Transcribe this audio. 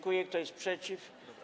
Kto jest przeciw?